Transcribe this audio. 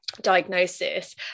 diagnosis